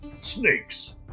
Snakes